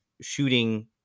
shooting